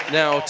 now